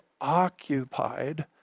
occupied